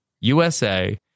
USA